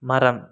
மரம்